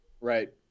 Right